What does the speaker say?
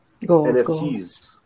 NFTs